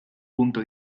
punto